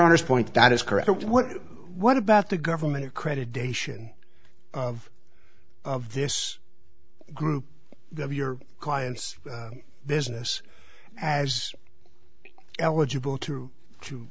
honest point that is correct what what about the government accreditations of of this group of your client's business as eligible to to